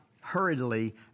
hurriedly